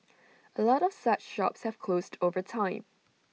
A lot of such shops have closed over time